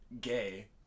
gay